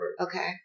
Okay